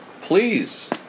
please